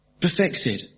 perfected